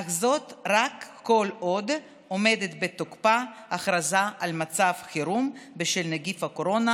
אך זאת רק כל עוד עומדת בתוקפה הכרזה על מצב חירום בשל נגיף הקורונה